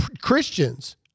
christians